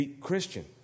Christian